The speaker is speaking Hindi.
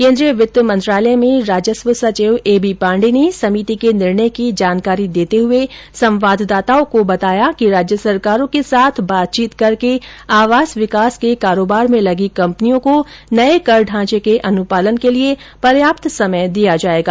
केन्द्रीय वित्त मंत्रालय में राजस्व सचिव ए बी पांडे नें समिति के निर्णय की जानकारी देते हुए संवाददाताओं से कहा कि राज्य सरकारों के साथ बातचीत करके आवास विकास के कारोबार में लगी कंपनियों को नए कर ढांचे के अनुपालन के लिए पर्याप्त समय दिया जाएगा